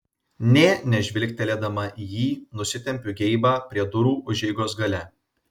nė nežvilgtelėdama į jį nusitempiu geibą prie durų užeigos gale